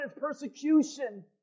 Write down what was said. persecution